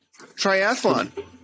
Triathlon